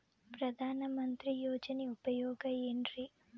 ಪ್ರಧಾನಮಂತ್ರಿ ಯೋಜನೆ ಉಪಯೋಗ ಏನ್ರೀ?